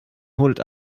holt